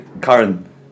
Karen